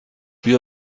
بیا